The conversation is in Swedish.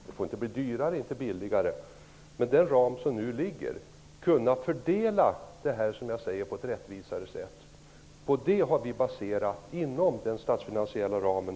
Det får inte blir dyrare och inte billigare. Med nuvarande ramar har vi kunnat fördela bostadsstödet på ett rättvisare sätt. Vi har alltså utformat förslaget inom den statsfinansiella ramen.